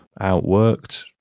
outworked